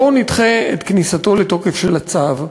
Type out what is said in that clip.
בואו נדחה את כניסתו לתוקף של הצו,